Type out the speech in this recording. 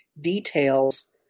details